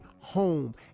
home